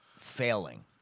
failing